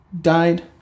died